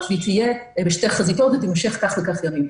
והיא תהיה בשתי חזיתות ותימשך כך וכך ימים.